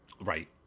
Right